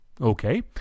Okay